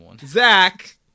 Zach